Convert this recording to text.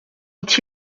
est